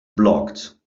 blocked